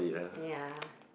ya